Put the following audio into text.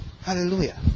Hallelujah